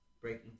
Breaking